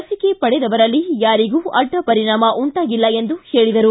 ಲಸಿಕೆ ಪಡೆದವರಲ್ಲಿ ಯಾರಿಗೂ ಅಡ್ಡ ಪರಿಣಾಮ ಉಂಟಾಗಿಲ್ಲ ಎಂದು ಹೇಳಿದರು